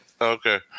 okay